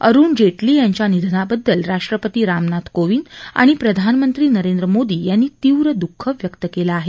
अरुण जेटली यांच्या निधनाबद्दल राष्ट्रपती रामनाथ कोंविद आणि प्रधानमंत्री नरेंद्र मोदी यांनी तीव्र दुःख व्यक्त केलं आहे